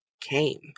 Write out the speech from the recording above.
came